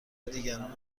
دیگران